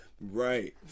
Right